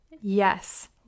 yes